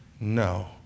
No